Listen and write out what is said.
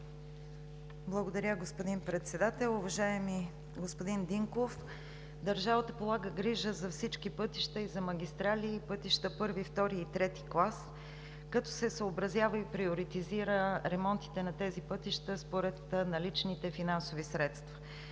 Благодаря, господин Председател. Уважаеми господин Динков, държавата полага грижа за всички пътища, магистрали и пътища I, II и III клас, като се съобразяват и приоритизират ремонтите на тези пътища според наличните финансови средства.